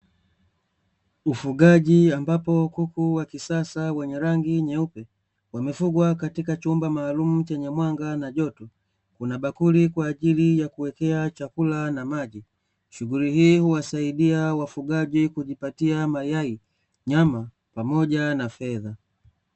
Ufugaji ambapo kuku wa kisasa wenye rangi nyeupe wamefugwa katika chumba maalum chenye mwanga na joto, kuna bakuli kwa ajili ya kuwekea chakula na maji. Shughuli hii huwasaidia wafugaji kujipatia mayai, nyama pamoja na fedha.